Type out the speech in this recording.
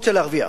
רוצה להרוויח,